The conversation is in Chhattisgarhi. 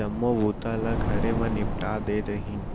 जम्मो बूता ल घरे म निपटा देत रहिन